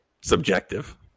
subjective